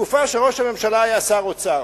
לתקופה שראש הממשלה היה שר האוצר.